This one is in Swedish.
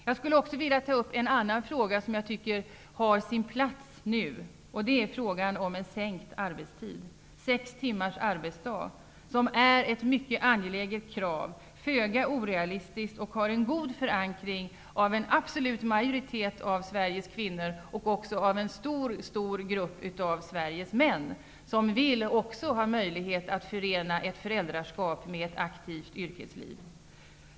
Jag skulle också vilja ta upp en annan fråga som jag tycker har sin plats här. Det är frågan om sänkt arbetstid. Sex timmars arbetsdag är ett mycket angeläget krav, föga orealistiskt. Det har en god förankring hos en absolut majoritet av Sveriges kvinnor och även hos en stor grupp av Sveriges män, som också vill ha möjlighet att förena ett föräldraskap med ett aktivt yrkesliv.